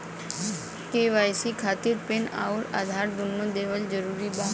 KYC खातिर PAN आउर आधार दुनों देवल जरूरी बा?